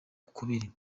ukubiri